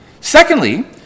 Secondly